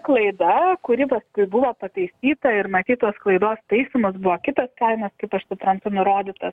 klaida kuri paskui buvo pataisyta ir matyt tos klaidos taisymas buvo kitas kaimas kaip aš suprantu nurodytas